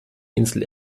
insel